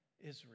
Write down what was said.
Israel